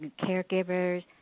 caregivers